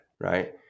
right